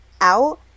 out